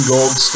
Gold